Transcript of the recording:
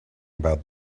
about